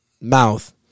Mouth